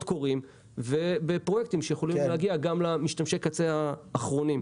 קוראים ובפרויקטים שיכולים להגיע גם למשתמשי קצה האחרונים.